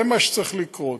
זה מה שצריך לקרות.